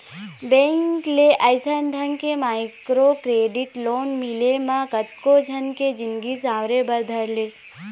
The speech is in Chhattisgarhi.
बेंक ले अइसन ढंग के माइक्रो क्रेडिट लोन मिले म कतको झन के जिनगी सँवरे बर धर लिस